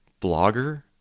blogger